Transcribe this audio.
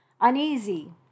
uneasy